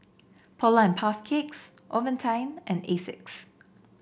Polar and Puff Cakes Ovaltine and Asics